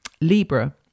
Libra